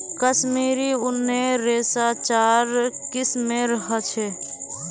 कश्मीरी ऊनेर रेशा चार किस्मेर ह छे